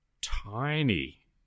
tiny